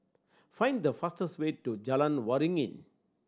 find the fastest way to Jalan Waringin